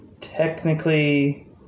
technically